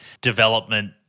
development